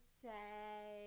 say